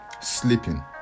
sleeping